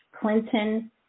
Clinton